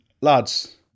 lads